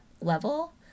level